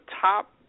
top